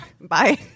Bye